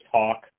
talk